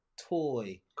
toy